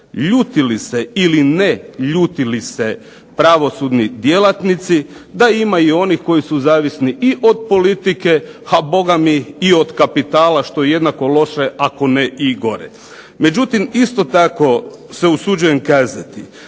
ljutili se ili ne ljutili se pravosudni djelatnici da ima i onih koji su zavisni i od politike, ha Boga mi i od kapitala što je jednako loše ako ne i gore. Međutim, isto tako se usuđujem kazati.